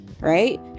right